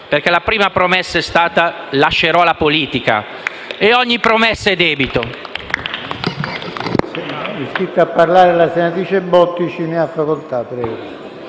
che la prima promessa è stata: «Lascerò la politica». E ogni promessa è debito!